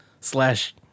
slash